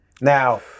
Now